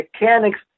mechanics